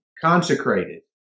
consecrated